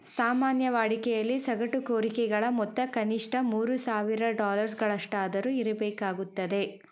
ಸಾಮಾನ್ಯ ವಾಡಿಕೆಯಲ್ಲಿ ಸಗಟು ಕೋರಿಕೆಗಳ ಮೊತ್ತ ಕನಿಷ್ಠ ಮೂರು ಸಾವಿರ ಡಾಲರ್ಸ್ಗಳಷ್ಟಾದರೂ ಇರಬೇಕಾಗುತ್ತದೆ